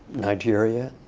nigeria,